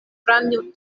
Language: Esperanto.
franjo